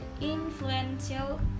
influential